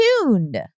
tuned